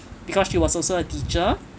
because she was also a teacher